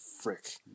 frick